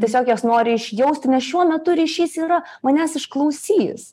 tiesiog jos nori išjausti nes šiuo metu ryšys yra manęs išklausys